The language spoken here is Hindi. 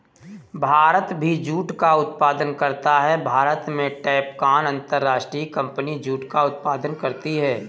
भारत भी जूट का उत्पादन करता है भारत में टैपकॉन अंतरराष्ट्रीय कंपनी जूट का उत्पादन करती है